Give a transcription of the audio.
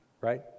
right